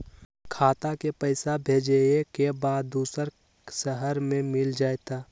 खाता के पईसा भेजेए के बा दुसर शहर में मिल जाए त?